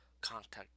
Contact